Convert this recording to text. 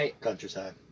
Countryside